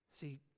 See